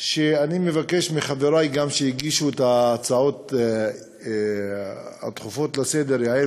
שאני מבקש גם מחברותי שהגישו את ההצעות הדחופות לסדר-היום,